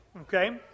okay